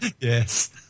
Yes